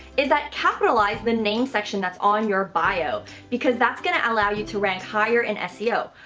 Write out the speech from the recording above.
is that capitalize the name section that's on your bio because that's going to allow you to rank higher in seo.